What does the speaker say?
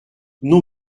non